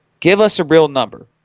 give us a real number,